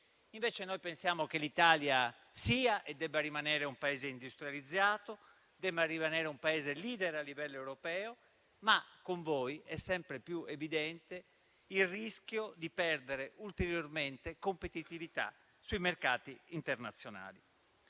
Invece noi pensiamo che l'Italia sia e debba rimanere un Paese industrializzato e un Paese *leader* a livello europeo, ma con voi è sempre più evidente il rischio di perdere ulteriormente competitività sui mercati internazionali.